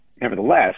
Nevertheless